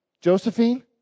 Josephine